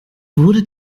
wurde